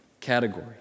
category